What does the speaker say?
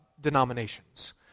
denominations